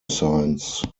science